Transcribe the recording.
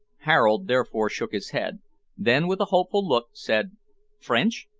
harold therefore shook his head then, with a hopeful look, said french?